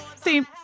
See